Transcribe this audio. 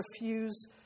refuse